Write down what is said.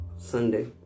Sunday